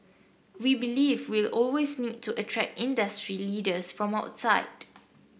we believe we'll always need to attract industry leaders from outside